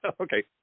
Okay